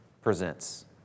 presents